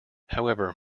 however